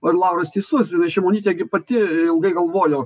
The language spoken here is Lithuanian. vat lauras teisus šimonytė gi pati ilgai galvojo